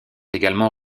également